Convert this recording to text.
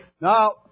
Now